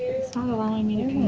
it's not allowing me